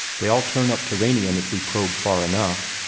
they all turn up turanian if we probe far enough.